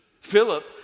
Philip